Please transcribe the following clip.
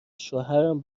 شوهرم